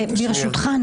שלוש דקות לרשותך.